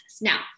Now